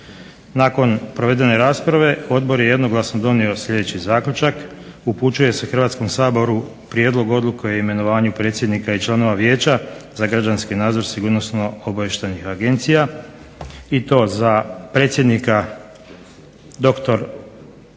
Nakon provedene rasprave Odbor je jednoglasno donio sljedeći zaključak: Upućuje se Hrvatskom saboru prijedlog odluke o imenovanju predsjednika i članova vijeća za građanski nadzor sigurnosno-obavještajnih agencija i to za predsjednika dr. Krunoslav